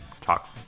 talk